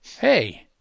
Hey